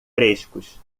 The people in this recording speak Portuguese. frescos